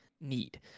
need